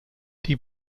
die